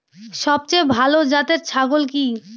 সবথেকে ভালো জাতের ছাগল কি?